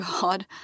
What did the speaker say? God